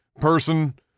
person